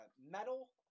metal